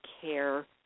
care